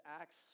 Acts